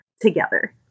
together